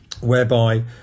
whereby